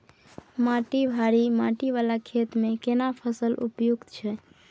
माटी भारी माटी वाला खेत में केना फसल उपयुक्त छैय?